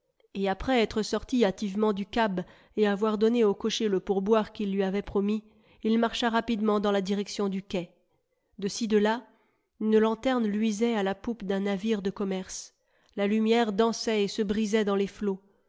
et après être sorti hâtivement du cab et avoir donné au cocher le pourboire qu'il lui avait promis il marcha rapidement dans la direction du quai de-ci de-là une lanterne luisait à la poupe d'un navire de commerce la lumière dansait et se brisait dans les flots